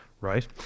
right